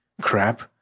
crap